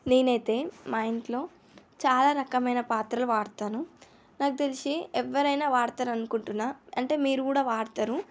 నేనైతే మా ఇంట్లో చాలా రకమైన పాత్రలు వాడతాను నాకు తెలిసి ఎవ్వరైనా వాడతారు అనుకుంటున్నాను అంటే మీరు కూడా వాడతారు